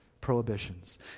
prohibitions